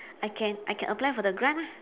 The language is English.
I can I can apply for grant ah